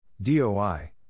DOI